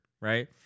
right